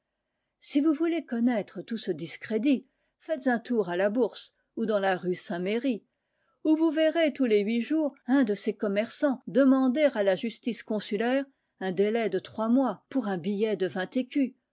si vous voulez connaître tout ce discrédit faites un tour à la bourse ou dans la rue saint-merry où vous verrez tous les huit jours un de ces commerçants demander à la justice consulaire un délai de trois mois pour un billet de vingt écus